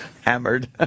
Hammered